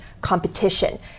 competition